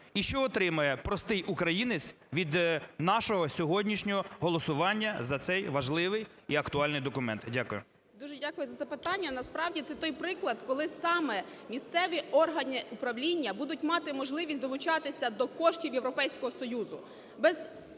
І що отримає простий українець від нашого сьогоднішнього голосування за цей важливий і актуальний документ? Дякую. 10:58:17 ЮРИНЕЦЬ О.В. Дуже дякую за запитання. Насправді це той приклад, коли саме місцеві органи управління будуть мати можливість долучатися до коштів Європейського Союзу